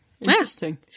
Interesting